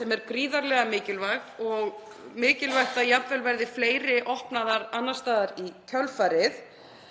sem er gríðarlega mikilvæg og mikilvægt að jafnvel verði fleiri opnaðar annars staðar í kjölfarið.